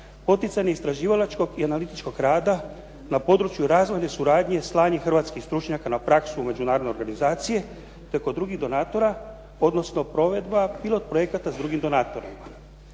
poticanje istraživalačkog i analitičkog rada na području razvojne suradnje slanje hrvatskih stručnjaka na praksu u međunarodnu organizaciju te kod drugih donatora, odnosno provedba pilot projekata s drugim donatorima.